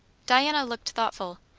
diana looked thoughtful.